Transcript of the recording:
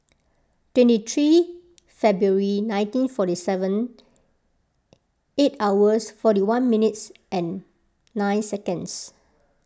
twenty three February nineteen forty seven eight hours forty one minutes and nine seconds